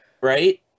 Right